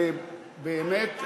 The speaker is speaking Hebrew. ובאמת,